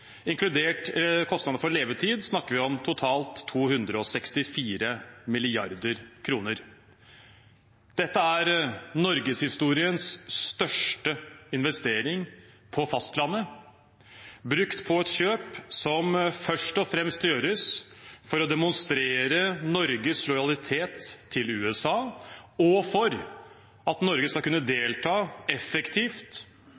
Inkludert kostnadene for levetid snakker vi om totalt 264 mrd. kr. Dette er norgeshistoriens største investering på fastlandet, brukt på et kjøp som først og fremst gjøres for å demonstrere Norges lojalitet til USA, og for at Norge skal kunne